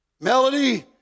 melody